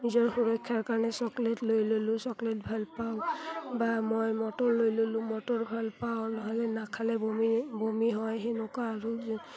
নিজৰ সুৰক্ষাৰ কাৰণে চকলেট লৈ ল'লোঁ চকলেট ভালপাওঁ বা মই মটৰ লৈ ল'লোঁ মটৰ ভালপাওঁ নহ'লে নাখালে বমি বমি হয় সেনেকুৱা আৰু